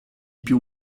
più